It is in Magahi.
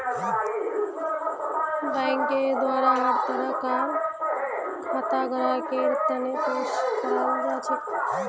बैंकेर द्वारा हर तरह कार खाता ग्राहकेर तने पेश कराल जाछेक